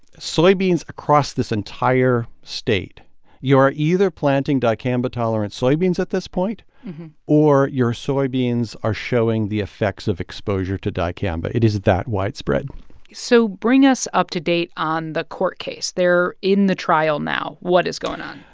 soybeans across this entire state you're either planting dicamba-tolerant soybeans at this point or your soybeans are showing the effects of exposure to dicamba. it is that widespread so bring us up to date on the court case. they're in the trial now. what is going on?